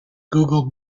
google